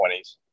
20s